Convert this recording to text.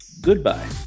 Goodbye